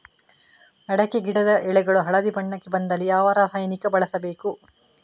ಅಡಿಕೆ ಗಿಡದ ಎಳೆಗಳು ಹಳದಿ ಬಣ್ಣಕ್ಕೆ ಬಂದಲ್ಲಿ ಯಾವ ರಾಸಾಯನಿಕ ಬಳಸಬೇಕು?